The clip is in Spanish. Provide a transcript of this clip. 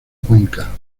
cuenca